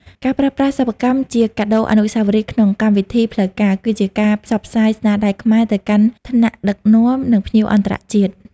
ការប្រើប្រាស់សិប្បកម្មជាកាដូអនុស្សាវរីយ៍ក្នុងកម្មវិធីផ្លូវការ គឺជាការផ្សព្វផ្សាយស្នាដៃខ្មែរទៅកាន់ថ្នាក់ដឹកនាំ និងភ្ញៀវអន្តរជាតិ។